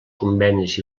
convenis